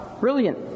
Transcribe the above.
Brilliant